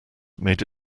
made